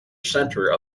center